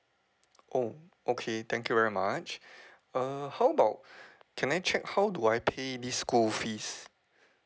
oh okay thank you very much err how about can I check how do I pay this school fees